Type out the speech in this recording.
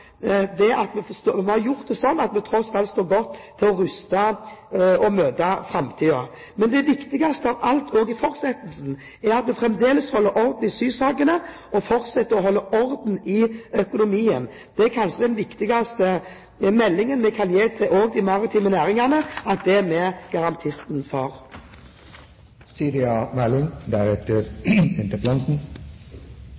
står godt rustet til å møte framtiden. Men det viktigste av alt også i fortsettelsen er at vi fremdeles holder orden i sysakene, og fortsetter å holde orden i økonomien. Det er kanskje den viktigste meldingen vi kan gi også til de maritime næringene, at det er vi garantistene for.